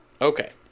Okay